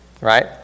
right